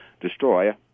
destroyer